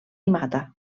mata